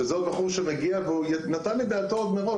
שזה עוד בחור שהוא מגיע והוא נתן את דעתו עוד מראש,